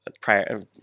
prior